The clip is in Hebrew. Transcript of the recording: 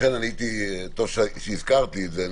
לכן, טוב שהזכרתי את זה.